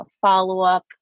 follow-up